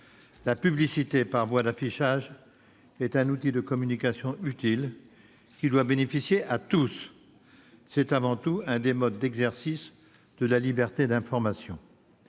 La publicité par voie d'affichage est un outil de communication utile, qui doit bénéficier à tous ; c'est, avant tout, l'un des modes d'exercice de la liberté d'information,